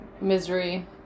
misery